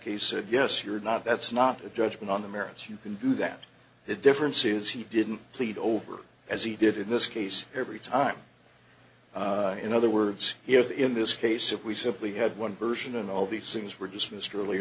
said yes you're not that's not a judgment on the merits you can do that the difference is he didn't plead over as he did in this case every time in other words here in this case if we simply had one person and all these things were dismissed early